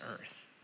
earth